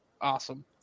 awesome